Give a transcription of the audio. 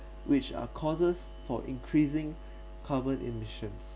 which are causes for increasing carbon emissions